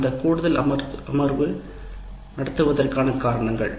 அந்த கூடுதல் அமர்வு நடத்துவதற்கான காரணங்கள்